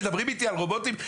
מדברים איתי על רובוטים.